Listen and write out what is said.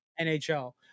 NHL